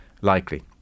likely